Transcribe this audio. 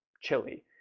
Chili